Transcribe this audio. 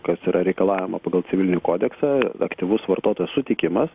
kas yra reikalaujama pagal civilinį kodeksą aktyvus vartotojo sutikimas